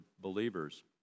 believers